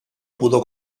pudo